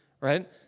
right